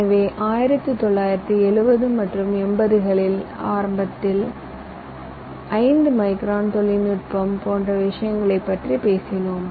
எனவே 70 மற்றும் 80 களில் ஆரம்பத்தில் 5 மைக்ரான் தொழில்நுட்பம் போன்ற விஷயங்களைப் பற்றி பேசினோம்